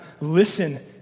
Listen